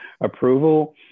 approval